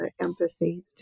empathy